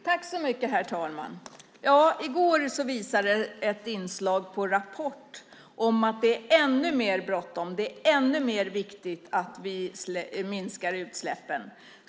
Herr talman! I går visade ett inslag i Rapport att det är ännu mer bråttom, ännu mer viktigt, att vi minskar utsläppen.